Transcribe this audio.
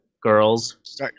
girls